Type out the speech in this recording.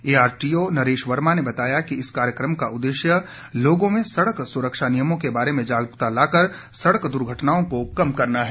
ARTO Naresh Verma ने बताया कि इस कार्यक्रम का उददेश्य लोगों में सड़क सुरक्षा नियमों के बारे में जागरूकता लाकर सड़क दुर्घटनाओं को कम करना है